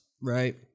Right